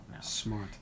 Smart